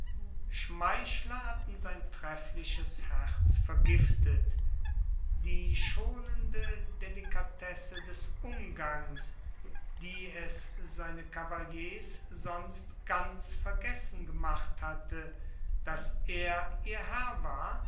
schmeichler hatten sein treffliches herz vergiftet die schonende delikatesse des umgangs die es seine kavaliers sonst ganz vergessen gemacht hatte daß er ihr herr war